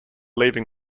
leaving